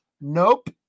Nope